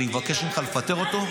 אני מבקש ממך לפטר אותו?